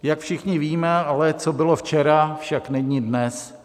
Jak ale všichni víme, co bylo včera, však není dnes.